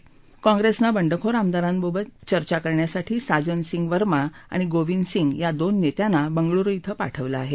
त्याचबरोबर काँग्रेसनं बंडखोर आमदारांबरोबर चर्चा करण्यासाठी साजन सिंग वर्मा आणि गोविंद सिंग या दोन नेत्यांना बंगळुरु इथं पाठवलं आहे